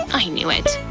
i knew it!